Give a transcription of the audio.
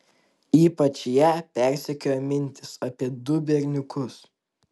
ypač ją persekiojo mintys apie du berniukus